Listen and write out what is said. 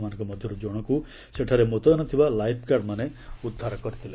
ସେମାନଙ୍କ ମଧ୍ୟରୁ ଜଣକୁ ସେଠାରେ ମୁତୟନ ଥିବା ଲାଇଫ୍ଗାର୍ଡ଼ମାନେ ଉଦ୍ଧାର କରିଥିଲେ